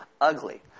ugly